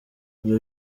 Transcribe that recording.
ibyo